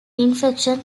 infection